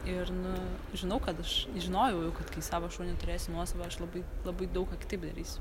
ir nu žinau kad aš žinojau jau kad kai savo šunį turėsiu nuosavą aš labai labai daug ką kitaip darysiu